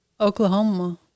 Oklahoma